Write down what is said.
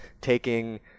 taking